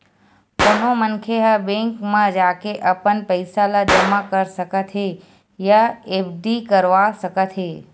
कोनो मनखे ह बेंक म जाके अपन पइसा ल जमा कर सकत हे या एफडी करवा सकत हे